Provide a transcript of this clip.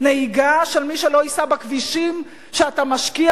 נהיגה של מי שלא ייסע בכבישים שאתה משקיע